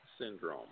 syndrome